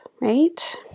right